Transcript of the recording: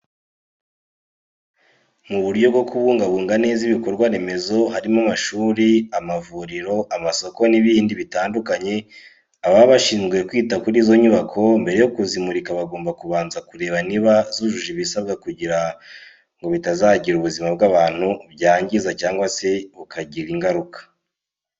Mu buryo bwo kubungabunga neza ibikorwa remezo harimo amashuri, amavuriro, amasoko n'ibindi bitandukanye. Ababa bashinzwe kwita kuri izo nyubako mbere yo kuzimurika bagomba kubanza kureba niba zujuje ibisabwa kugirango bitazagira ubuzima bw'abantu byangiza cyangwa se bukagira ingaruka.